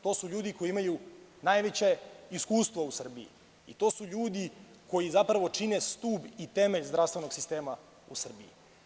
To su ljudi koji imaju najveće iskustvo u Srbiji i to su ljudi koji zapravo čine stub i temelj zdravstvenog sistema u Srbiji.